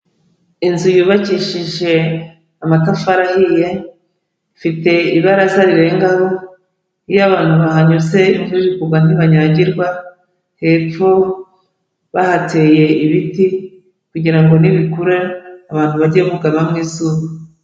Inzu yubakishije amatafari ahiye, ifite ibaraza rirengaho, iyo abantu bahanyuze imvura iri kugwa ntibanyagirwa, hepfo bahateye ibiti kugira ngo nibikura abantu bajye bugamamo izuba.